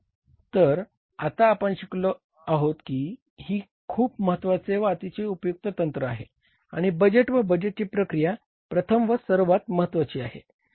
तर आता आपण शिकलो आहोत की हे खूप महत्वाचे व अतिशय उपयुक्त तंत्र आहे आणि बजेट व बजेटची प्रक्रिया प्रथम व सर्वात महत्वाची आहे